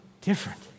different